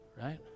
right